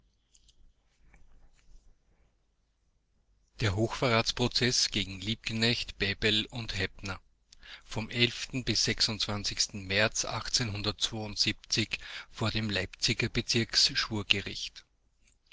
der hochverratsprozeß gegen liebknecht bebel und hepner vom bis märz vor dem leipziger